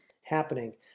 happening